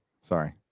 sorry